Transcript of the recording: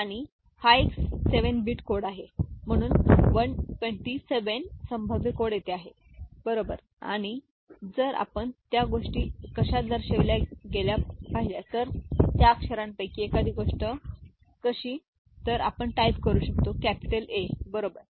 आणि हा एक 7 बिट कोड आहे म्हणून 128 संभाव्य कोड तिथे आहेत बरोबर आणि जर आपण त्या गोष्टी कशा दर्शविल्या गेल्या पाहिल्या तर त्या अक्षरापैकी एखादी गोष्ट कशी म्हणाली आपण टाइप करतो कॅपिटल ए बरोबर